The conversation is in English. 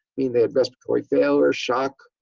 mean they had respiratory failure, shock,